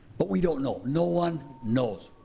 but we don't know, no one knows,